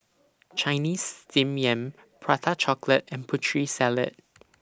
Chinese Steamed Yam Prata Chocolate and Putri Salad